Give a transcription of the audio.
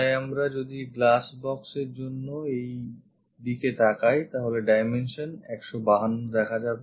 তাই আমরা যদি glassbox এর জন্য এই দিকে তাকাই তাহলে dimension 152 দেখা যাবে